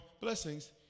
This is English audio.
blessings